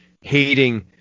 hating